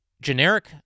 generic—